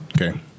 Okay